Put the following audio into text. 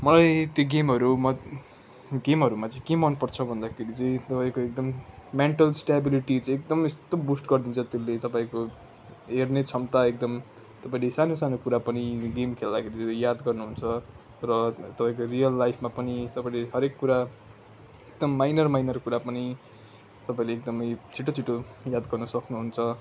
मलाई ती गेमहरूमा गेमहरूमा के मनपर्छ भन्दाखेरि चाहिँ तपाईँको एकदम मेन्टल स्टेबलिटी चाहिँ एकदम यस्तो बुस्ट गरिदिन्छ त्यसले तपाइँको हेर्ने क्षमता एकदम तपाईँले सानो सानो कुरा पनि गेम खेल्दाखेरि चाहिँ याद गर्नुहुन्छ र तपाईँको रियल लाइफ पनि तपाईँको हरेक कुरा एकदम माइनर माइनर कुरा पनि तपाईँले एकदमै छिटो छिटो याद गर्न सक्नुहुन्छ